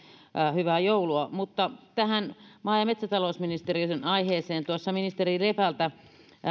hyvää joulua mutta tähän maa ja metsätalousministeriön aiheeseen tuossa ministeri lepältä